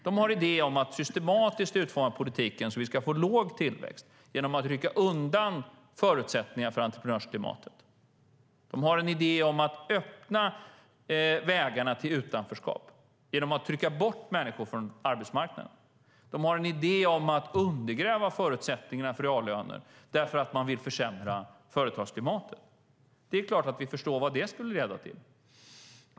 Deras idé är att systematiskt utforma politiken så att vi ska få låg tillväxt genom att rycka undan förutsättningarna för entreprenörsklimatet. De har en idé om att öppna vägarna till utanförskap genom att trycka bort människor från arbetsmarknaden. De har en idé om att undergräva förutsättningarna för reallöner för att de vill försämra företagsklimatet. Det är klart att vi förstår vad detta skulle leda till.